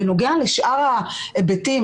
בנוגע לשאר ההיבטים,